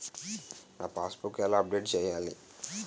నా passbook ఎలా update చేయాలి?